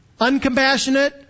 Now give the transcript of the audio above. Uncompassionate